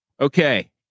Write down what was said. Okay